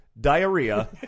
diarrhea